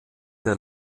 der